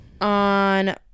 on